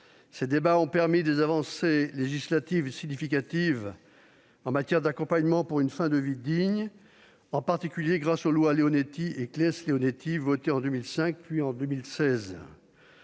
Ces débats ont permis des avancées législatives significatives en matière d'accompagnement pour une fin de vie digne, en particulier grâce aux lois Leonetti et Claeys-Leonetti, votées respectivement en 2005